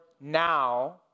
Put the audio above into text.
now